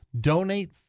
donate